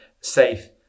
safe